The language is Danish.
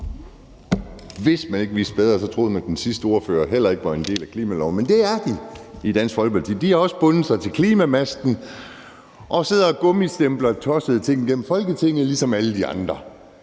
Hvis man ikke vidste bedre, ville man tro, at den sidste ordfører heller ikke var en del af kredsen bag klimaloven, men det er de i Dansk Folkeparti. De har også bundet sig til klimamasten og sidder og gummistempler tossede ting igennem Folketinget ligesom alle de andre.